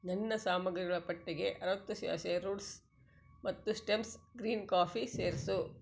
ನನ್ನ ಸಾಮಗ್ರಿಗಳ ಪಟ್ಟಿಗೆ ಅರುವತ್ತು ಸ್ಯಾಶೆ ರೂಟ್ಸ್ ಮತ್ತು ಸ್ಟೆಮ್ಸ್ ಗ್ರೀನ್ ಕಾಫಿ ಸೇರಿಸು